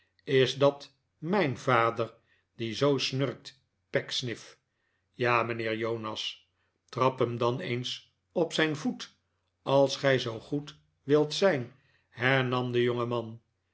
is dat mijn vader die zoo snurkt pecksniff ja mijnheer jonas trap hem dan eens op zijn voet als gij zoo goed wilt zijn hernam de jongeman